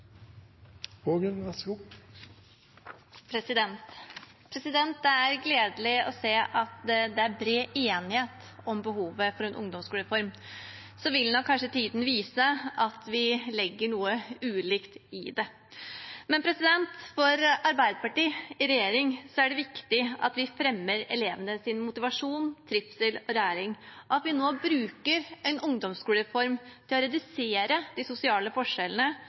gledelig å se at det er bred enighet om behovet for en ungdomsskolereform. Tiden vil nok kanskje vise at vi legger noe ulikt i det, men for Arbeiderpartiet i regjering er det viktig at vi fremmer elevenes motivasjon, trivsel og læring, og at vi nå bruker en ungdomsskolereform til å redusere de sosiale forskjellene